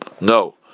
No